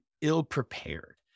ill-prepared